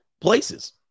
places